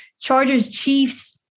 Chargers-Chiefs